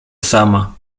sama